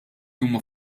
huma